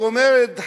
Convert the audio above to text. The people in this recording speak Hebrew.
ואומרת,